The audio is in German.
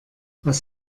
was